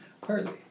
Partly